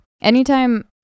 anytime